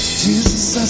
Jesus